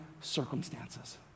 circumstances